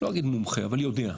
אני לא אגיד מומחה, אבל יודע.